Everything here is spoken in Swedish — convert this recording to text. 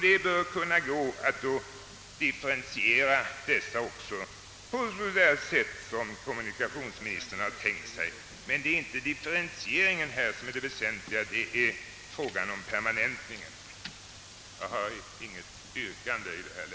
Det bör kunna gå att differentiera dem på det sätt som kommunikationsministern tänkt sig. Men det är inte differentieringen som är det väsentliga härvidlag utan det är fråga om permanentningen. Jag har i detta läge inget yrkande.